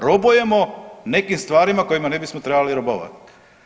Robujemo nekim stvarima kojima ne bismo trebali robovati.